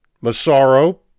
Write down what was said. Massaro